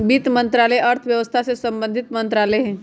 वित्त मंत्रालय अर्थव्यवस्था से संबंधित मंत्रालय हइ